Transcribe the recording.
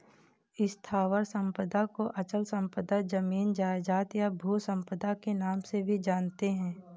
स्थावर संपदा को अचल संपदा, जमीन जायजाद, या भू संपदा के नाम से भी जानते हैं